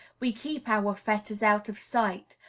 we keep our fetters out of sight,